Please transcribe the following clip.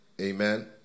Amen